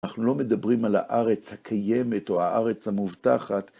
אנחנו לא מדברים על הארץ הקיימת או הארץ המובטחת.